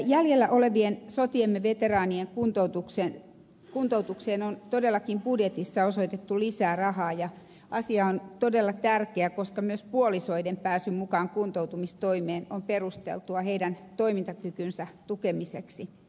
jäljellä olevien sotiemme veteraanien kuntoutukseen on todellakin budjetissa osoitettu lisää rahaa ja asia on todella tärkeä koska myös puolisoiden pääsy mukaan kuntoutumistoimeen on perusteltua heidän toimintakykynsä tukemiseksi